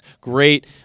Great